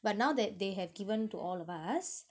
but now that they have given to all of us